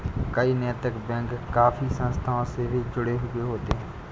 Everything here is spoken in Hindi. कई नैतिक बैंक काफी संस्थाओं से भी जुड़े होते हैं